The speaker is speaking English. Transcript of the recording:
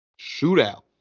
Shootout